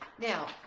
Now